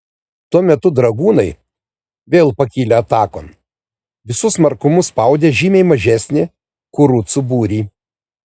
tuo metu dragūnai vėl pakilę atakon visu smarkumu spaudė žymiai mažesnį kurucų būrį